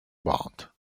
bond